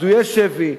פדויי שבי,